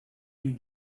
you